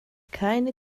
keine